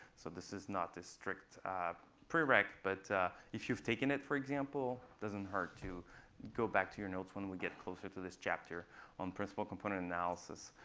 so this is not this strict pre-req. but if you've taken it, for example, it doesn't hurt to go back to your notes when we get closer to this chapter on principle-component analysis.